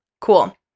Cool